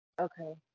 Okay